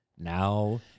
Now